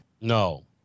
No